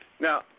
Now